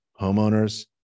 homeowners